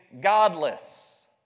godless